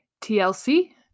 TLC